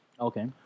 Okay